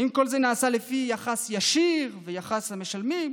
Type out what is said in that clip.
האם כל זה נעשה לפי יחס ישיר ויחס המשלמים,